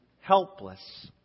helpless